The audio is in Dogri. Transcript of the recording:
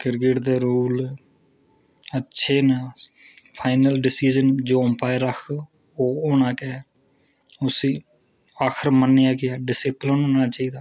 क्रिकेट दे रूल अच्छे न फाइनल डिसिजन जो अम्पायर आखग ओह् होना गै उसी आखर मन्नेआ गेआ डिसिप्लिन होना चाहिदा